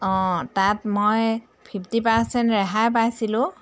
অঁ তাত মই ফিফটি পাৰ্চেণ্ট ৰেহাই পাইছিলোঁ